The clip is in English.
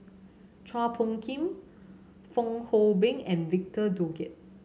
Chua Phung Kim Fong Hoe Beng and Victor Doggett